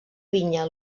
vinya